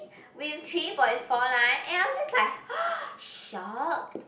with three point four nine and I was just like shocked